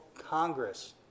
Congress